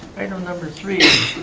right on number three,